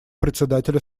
председателя